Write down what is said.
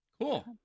Cool